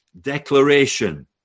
declaration